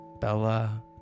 bella